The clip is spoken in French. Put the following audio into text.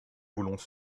voulons